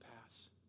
pass